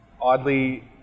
oddly